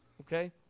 Okay